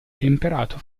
temperato